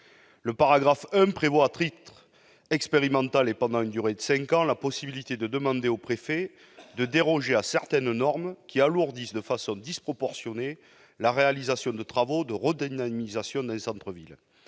Le paragraphe I prévoit, à titre expérimental et pendant une durée de cinq ans, la possibilité de demander au préfet de déroger à certaines normes qui alourdissent de façon disproportionnée la réalisation de travaux de redynamisation d'un centre-ville.